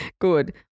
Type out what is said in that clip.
Good